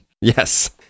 Yes